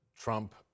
trump